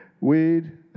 Weed